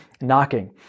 knocking